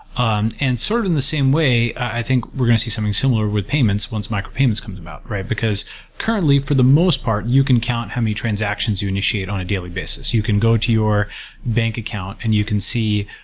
um and sort in the same way, i think we're going to see something similar with payments once micropayments comes about, because currently for the most part you can count how many transactions you initiate on a daily basis. you can go to your bank account and you can see,